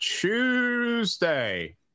Tuesday